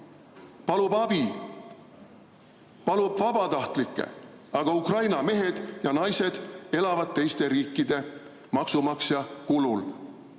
palub abi, palub vabatahtlikke? Aga Ukraina mehed ja naised elavad teiste riikide maksumaksja kulul.